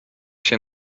się